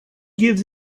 gives